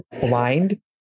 blind